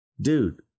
dude